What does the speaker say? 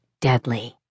deadly